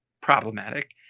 problematic